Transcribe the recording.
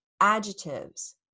adjectives